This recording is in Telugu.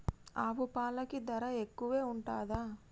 ఆవు పాలకి ధర ఎక్కువే ఉంటదా?